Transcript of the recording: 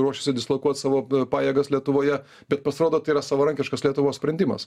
ruošiasi dislokuot savo pajėgas lietuvoje bet pasirodo tai yra savarankiškas lietuvos sprendimas